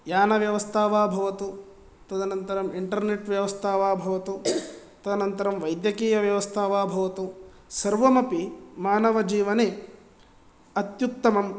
यान व्यवस्था वा भवतु तदनन्तरं इण्टर्नेट् व्यवस्था वा भवतु तदनन्तरं वैद्यकीय व्यवस्था वा भवतु सर्वमपि मानवजीवने अत्युत्तमं